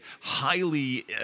highly